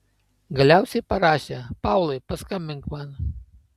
galiausiai parašė paulai paskambink man